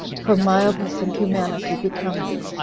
for mildness and humanity become thee,